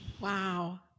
Wow